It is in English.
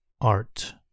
art